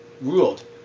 ruled